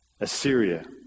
Assyria